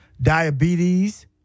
Diabetes